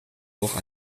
auch